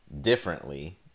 differently